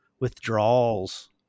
withdrawals